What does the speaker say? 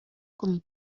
con